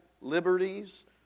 liberties